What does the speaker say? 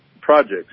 projects